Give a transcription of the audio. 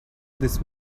this